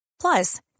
Plus